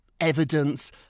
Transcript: evidence